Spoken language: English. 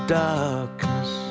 darkness